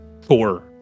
Four